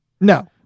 No